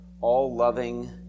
all-loving